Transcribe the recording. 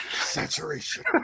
saturation